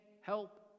help